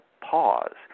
pause